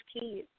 kids